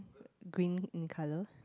green in colour